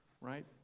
right